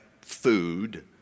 food